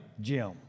Jim